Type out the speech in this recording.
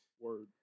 Word